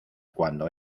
cuando